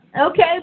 okay